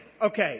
Okay